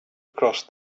across